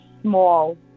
small